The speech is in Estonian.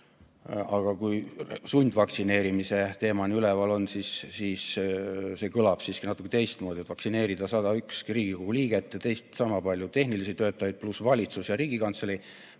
Aga kui sundvaktsineerimise teema üleval on olnud, siis see kõlab siiski natuke teistmoodi: "Vaktsineerida 101 Riigikogu liiget ja teist sama palju tehnilisi töötajaid, pluss valitsus ja Riigikantselei,